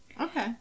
Okay